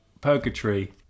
purgatory